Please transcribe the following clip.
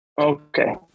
Okay